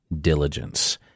diligence